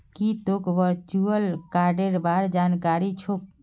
की तोक वर्चुअल कार्डेर बार जानकारी छोक